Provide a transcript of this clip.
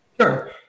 Sure